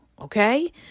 Okay